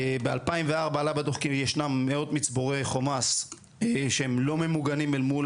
ב-2004 עלה בדוח כי ישנם מאות מצבורי חומ"ס שהם לא ממוגנים אל מול